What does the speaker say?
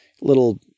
little